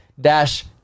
dash